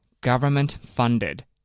government-funded